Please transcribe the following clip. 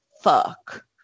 fuck